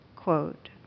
quote